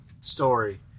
story